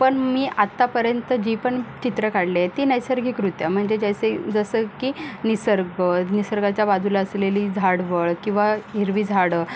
पण मी आत्तापर्यंत जी पण चित्र काढले आहे ती नैसर्गिकरीत्या म्हणजे जैसे जसं की निसर्ग निसर्गाच्या बाजूला असलेली झाडवळ किंवा हिरवी झाडं